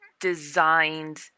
designed